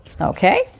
Okay